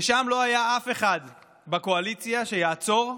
ושם לא היה אף אחד בקואליציה שיעצור ויגיד: